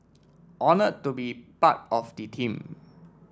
honoured to be part of the team